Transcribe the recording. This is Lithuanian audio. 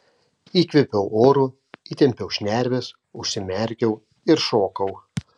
įkvėpiau oro įtempiau šnerves užsimerkiau ir šokau